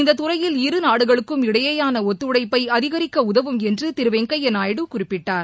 இந்த துறையில் இருநாடுகளுக்கும் இடையேயான ஒத்துழைப்பை அதிகரிக்க உதவும் என்று திரு வெங்கைப்யா நாயுடு குறிப்பிட்டார்